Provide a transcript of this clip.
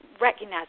recognize